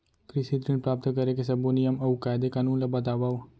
कृषि ऋण प्राप्त करेके सब्बो नियम अऊ कायदे कानून ला बतावव?